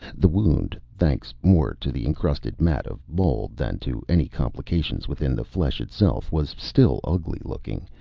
the wound, thanks more to the encrusted matte of mold than to any complications within the flesh itself, was still ugly-looking,